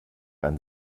ein